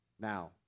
now